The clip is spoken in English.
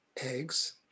eggs